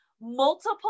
multiple